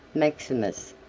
maximus,